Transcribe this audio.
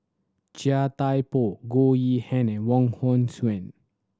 Chia Thye Poh Goh Yihan and Wong Hong Suen